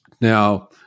now